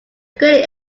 greatly